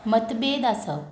मतभेद आसप